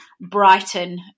brighton